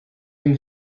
dem